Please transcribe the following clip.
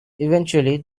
eventually